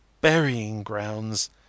burying-grounds